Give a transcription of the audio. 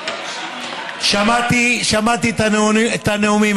שמעתי את הנאומים.